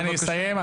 אני אסיים.